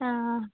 ஆ ஆ